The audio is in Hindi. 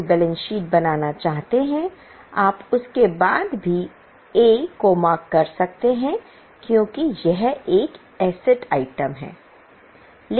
तो बी एस को मार्क कर सकते हैं क्योंकि यह एक एसेट आइटम है